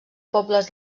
pobles